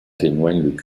témoigne